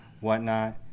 whatnot